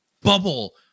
bubble